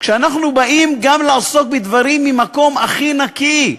כשאנחנו באים גם לעסוק בדברים מהמקום הכי נקי,